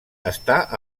està